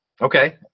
Okay